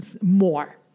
more